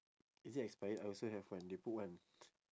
is it expired I also have one they put [one]